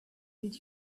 did